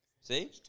See